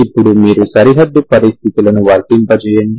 ఇప్పుడు మీరు సరిహద్దు పరిస్థితులను వర్తింపజేయండి